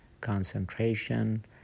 concentration